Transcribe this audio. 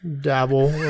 Dabble